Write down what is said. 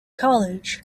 college